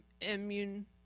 immune